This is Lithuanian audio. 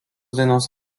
dainos